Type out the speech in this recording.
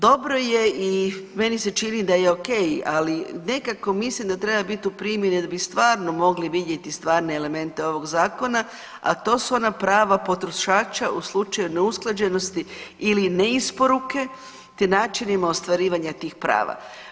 Dobro je i meni se čini da je o.k. Ali nekako mislim da treba biti u primjeni da bi stvarno mogli vidjeti stvarne elemente ovog Zakona, a to su ona prava potrošača u slučaju neusklađenosti ili neisporuke, te načinima ostvarivanja tih prava.